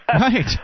Right